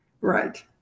Right